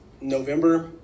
November